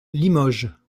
limoges